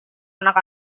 anak